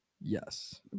Yes